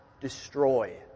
destroy